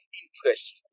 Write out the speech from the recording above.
interest